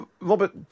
Robert